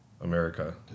America